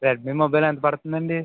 Redmi mobile ఎంత పడుతుందండి